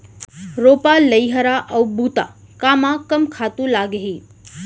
रोपा, लइहरा अऊ बुता कामा कम खातू लागही?